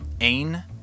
Ain